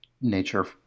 nature